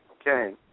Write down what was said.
Okay